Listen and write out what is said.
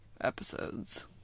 episodes